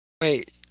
Wait